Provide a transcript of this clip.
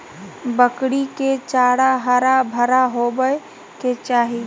बकरी के चारा हरा भरा होबय के चाही